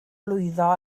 lwyddo